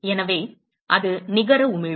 எனவே அது நிகர உமிழ்வு